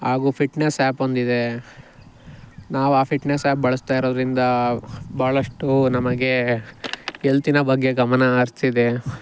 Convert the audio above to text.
ಹಾಗು fitness app ಒಂದಿದೆ ನಾವು ಆ ಫಿಟ್ನೆಸ್ ಆ್ಯಪ್ ಬಳಸ್ತಾ ಇರೋದರಿಂದ ಭಾಳಷ್ಟು ನಮಗೆ ಹೆಲ್ತಿನ ಬಗ್ಗೆ ಗಮನ ಹರಿಸ್ತಿದೆ